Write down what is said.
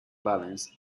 valens